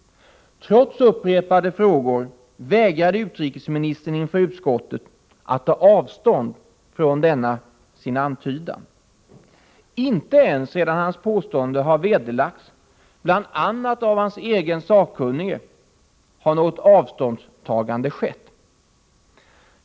Trots upprepade frågor vägrade utrikesministern inför utskottet att ta avstånd från denna sin antydan. Inte ens sedan hans påstående hade vederlagts bl.a. av hans egen sakkunnige har något avståndstagande skett.